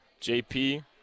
JP